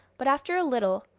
but, after a little,